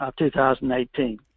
2018